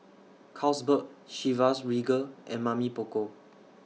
Carlsberg Chivas Regal and Mamy Poko